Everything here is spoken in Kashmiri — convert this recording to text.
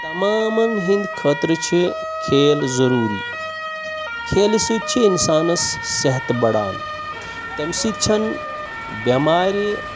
تَمامَن ہِنٛدۍ خٲطرٕ چھِ کھیل ضٔروٗری کھیلہِ سۭتۍ چھِ اِنسانَس صحت بڑان تَمہِ سۭتۍ چھَنہٕ بٮ۪مارِ